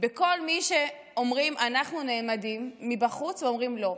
בכל מי שאומרים: אנחנו נעמדים מבחוץ ואומרים לא.